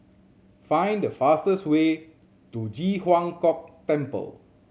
find the fastest way to Ji Huang Kok Temple